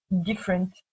different